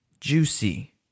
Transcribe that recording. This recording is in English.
juicy